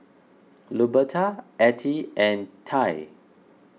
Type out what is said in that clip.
Luberta Attie and Ty